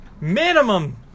minimum